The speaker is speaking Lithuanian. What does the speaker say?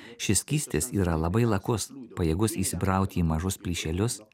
šis skystis yra labai lakus pajėgus įsibrauti į mažus plyšelius